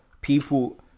people